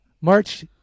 March